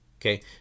Okay